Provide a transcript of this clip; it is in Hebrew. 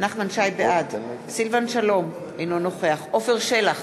בעד סילבן שלום, אינו נוכח עפר שלח,